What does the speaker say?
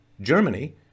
Germany